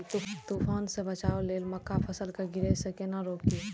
तुफान से बचाव लेल मक्का फसल के गिरे से केना रोकी?